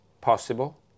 possible